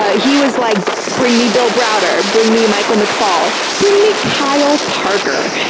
ah he was like, bring me bill browder. bring me michael mcfall. bring me kyle parker.